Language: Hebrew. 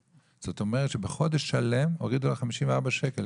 זאת אומרת שבחודש שלם הורידו לה 54 שקל,